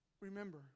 remember